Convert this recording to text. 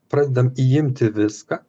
pradedam imti viską